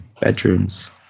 bedrooms